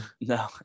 No